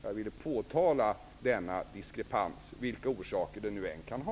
Jag ville påtala denna diskrepans oavsett vilka orsaker den kan ha.